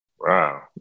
Wow